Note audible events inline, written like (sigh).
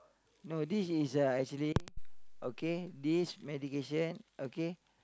no this is uh actually (noise) okay this medication okay